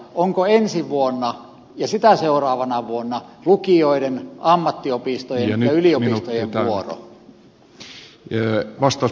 onko ensi vuonna ja sitä seuraavana vuonna lukioiden ammattiopistojen ja yliopistojen vuoro